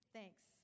Thanks